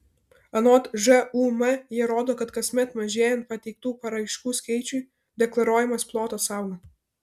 anot žūm jie rodo kad kasmet mažėjant pateiktų paraiškų skaičiui deklaruojamas plotas auga